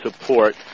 support